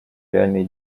реальные